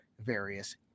various